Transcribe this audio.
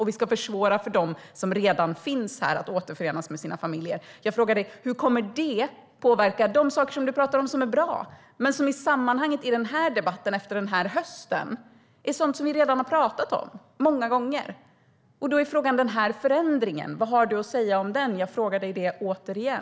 Och vi ska försvåra för dem som redan finns här att återförenas med sina familjer. Jag frågar dig: Hur kommer det att påverka de saker som du talar om som är bra, men som i sammanhanget efter denna debatt och efter denna höst är sådant som vi redan har talat om många gånger? Då är frågan vad du har att säga om förändringen. Jag frågar dig återigen.